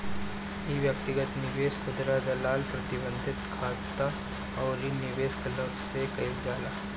इ व्यक्तिगत निवेश, खुदरा दलाल, प्रतिबंधित खाता अउरी निवेश क्लब से कईल जाला